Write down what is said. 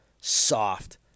Soft